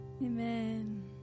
Amen